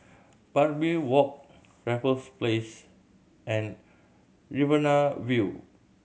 Barbary Walk Raffles Place and Riverina View